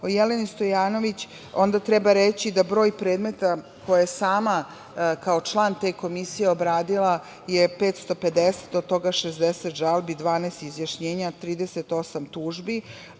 o Jeleni Stojanović, onda treba reći da broj predmeta koje je sama kao član te Komisije obradila je 550, od toga 60 žalbi, 12 izjašnjenja, 38 tužbi,